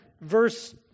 verse